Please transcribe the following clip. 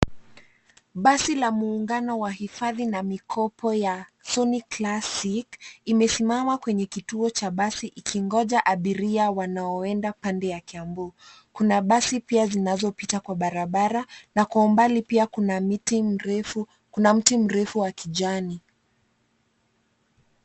Basi la muungano wa hifadhi na mikopo ya Sonic Classic imesimama kwenye kituo cha basi ikingoja abiria wanaoenda upande wa kiambu. Kuna basi pia zinazopita kwa barabara na kwa mbali pia kuna mti mrefu wa kijani.